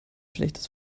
schlechtes